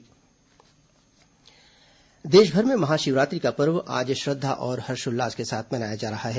महाशिवरात्रि देशभर में महाशिवरात्रि का पर्व आज श्रद्धा और हर्षोल्लास के साथ मनाया जा रहा है